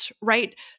right